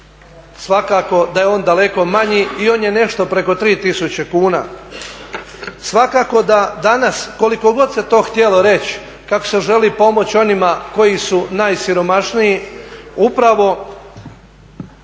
Svakako da je on daleko manji i on je nešto preko 3 tisuće kuna. Svakako da danas koliko god se to htjelo reći, kako se želi pomoći onima koji su najsiromašniji, upravo